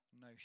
no